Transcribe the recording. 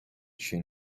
she